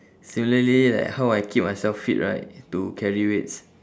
similarly like how I keep myself fit right to carry weights